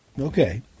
Okay